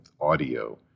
audio